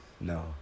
no